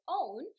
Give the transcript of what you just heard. own